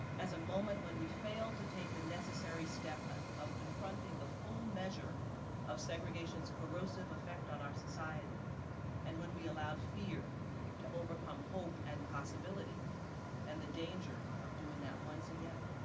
as a moment when we failed to take the necessary step ah of confronting the full measure of segregation's corrosive effect on our society and when we allowed fear to overcome hope and possibility and the danger of doing that once again.